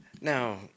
Now